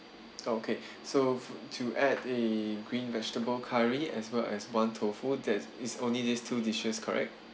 okay so to add a green vegetable curry as well as one tofu that is only these two dishes correct